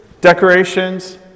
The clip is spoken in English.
Decorations